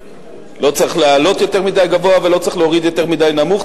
לא צריך להעלות יותר מדי גבוה ולא צריך להוריד יותר מדי נמוך,